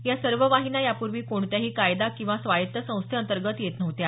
या सर्व वाहिन्या यापूर्वी कोणत्याही कायदा किंवा स्वायत्त संस्थेअंतर्गत येत नव्हत्या